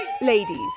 Ladies